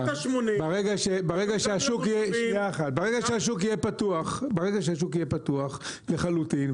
ברגע שהשוק יהיה פתוח לחלוטין,